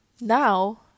now